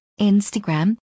Instagram